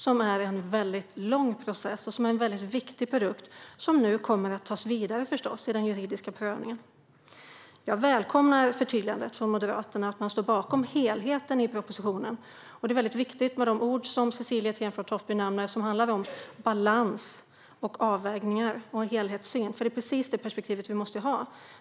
Detta är en lång process, och propositionen är en viktig produkt som nu, förstås, kommer att tas vidare i den juridiska prövningen. Jag välkomnar förtydligandet från Moderaterna att de står bakom helheten i propositionen. De ord som Cecilie Tenfjord-Toftby nämner som handlar om balans, avvägningar och en helhetssyn är viktiga. Det är precis det perspektivet vi måste ha.